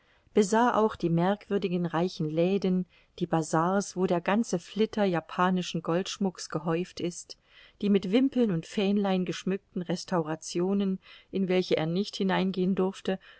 besah auch die merkwürdigen reichen läden die bazars wo der ganze flitter japanischen goldschmucks gehäuft ist die mit wimpeln und fähnlein geschmückten restaurationen in welche er nicht hineingehen durfte